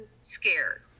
scared